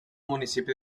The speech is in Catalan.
municipi